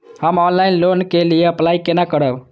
हम online loan के लिए अप्लाई केना करब?